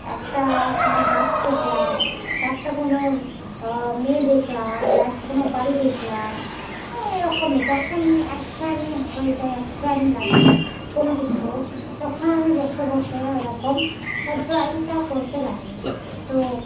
একটা কোনো গাছ দেখলাম বা একটা কোনো মেয়ে দেখলাম বা একটা কোনো বাড়ি দেখলাম এরকমই যখন একঘেয়েমি হয়ে যায় একঘেয়েমি লাগে কোনো কিছু তখন আমি বসে বসে ওইরকম ড্রয়িংটা করতে লাগি তো